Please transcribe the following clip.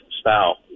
style